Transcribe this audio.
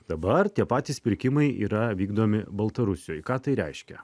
dabar tie patys pirkimai yra vykdomi baltarusijoje ką tai reiškia